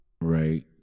right